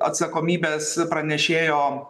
atsakomybės pranešėjo